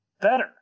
better